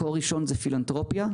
מקור ראשון זה פילנתרופיה.